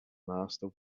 master